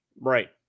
right